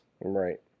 Right